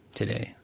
today